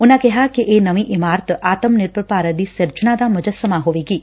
ਉਨਾਂ ਕਿਹਾ ਕਿ ਇਹ ਨਵੀਂ ਇਮਾਰਤ ਆਤਮ ਨਿਰਭਰ ਭਾਰਤ ਦੀ ਸਿਰਜਣਾ ਦਾ ਮੁੱਜਸਮਾਂ ਹੋਵੇਗੀ